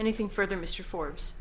anything further mr for